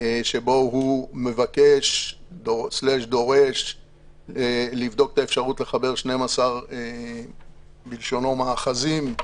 בו הוא מבקש/דורש לבדוק את האפשרות לחבר 12 בלשונו מאחזים,